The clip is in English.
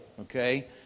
okay